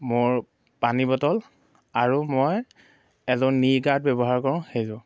মোৰ পানী বটল আৰু মই এযোৰ নি গাৰ্ড ব্যৱহাৰ কৰোঁ সেইযোৰ